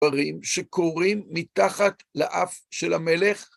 דברים שקורים מתחת לאף של המלך.